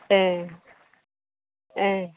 ए ए